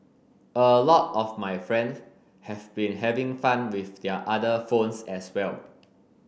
a lot of my friends have been having fun with their other phones as well